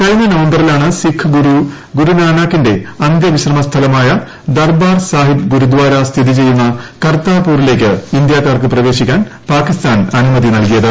കഴിഞ്ഞ നവംബറിലാണ് സിക്ക് ഗുരു ്യൂരു്നാനാകിന്റെ അന്ത്യവിശ്രമ സ്ഥലമായ ദർബാർ സാഹിബ്ട് കുരുദ്ധാര സ്ഥിതി ചെയ്യുന്ന കർതാർപൂറിലേക്ക് ഇന്ത്യാക്കാർക്ക് പ്രവേശിക്കാൻ പാക്കിസ്ഥാൻ അനുമതി നൽകിയത്